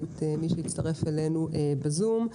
ואת מי שהצטרף אלינו בזום.